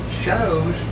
shows